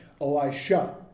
Elisha